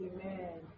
Amen